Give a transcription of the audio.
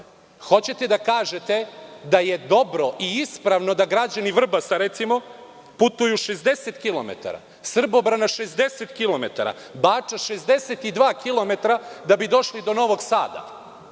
Hoćete da kažete da je dobro i ispravno da građani Vrbasa, recimo, putuju 60 km, Srbobrana 60 km, Bača 62 km, da bi došli do Novog Sada